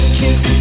kiss